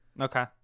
Okay